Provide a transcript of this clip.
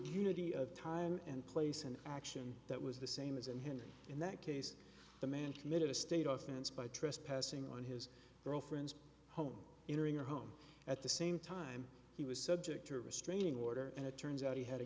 unity of time and place and action that was the same as in him in that case the man committed a state offense by trespassing on his girlfriend's home entering her home at the same time he was subject to a restraining order and it turns out he had a